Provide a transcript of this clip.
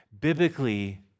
Biblically